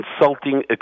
insulting